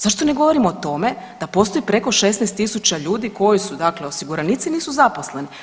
Zašto ne govorimo o tome da postoji preko 16 tisuća ljudi koji su dakle, osiguranici, nisu zaposleni.